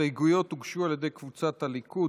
ההסתייגויות הוגשו על ידי קבוצת סיעת הליכוד,